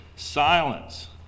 silence